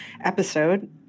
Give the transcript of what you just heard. episode